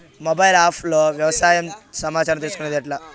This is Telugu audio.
మొబైల్ ఆప్ లో వ్యవసాయ సమాచారం తీసుకొనేది ఎట్లా?